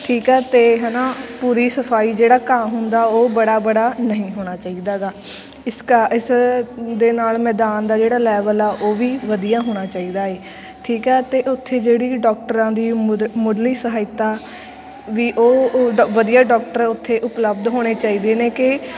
ਠੀਕ ਆ ਅਤੇ ਹੈ ਨਾ ਪੂਰੀ ਸਫਾਈ ਜਿਹੜਾ ਘਾਹ ਹੁੰਦਾ ਉਹ ਬੜਾ ਬੜਾ ਨਹੀਂ ਹੋਣਾ ਚਾਹੀਦਾਗਾ ਇਸ ਕਾ ਇਸ ਦੇ ਨਾਲ ਮੈਦਾਨ ਦਾ ਜਿਹੜਾ ਲੈਵਲ ਆ ਉਹ ਵੀ ਵਧੀਆ ਹੋਣਾ ਚਾਹੀਦਾ ਹੈ ਠੀਕ ਹੈ ਅਤੇ ਉੱਥੇ ਜਿਹੜੀ ਡਾਕਟਰਾਂ ਦੀ ਮੁਢ ਮੁੱਢਲੀ ਸਹਾਇਤਾ ਵੀ ਉਹ ਉਹ ਡ ਵਧੀਆ ਡਾਕਟਰ ਉੱਥੇ ਉਪਲਬਧ ਹੋਣੇ ਚਾਹੀਦੇ ਨੇ ਕਿ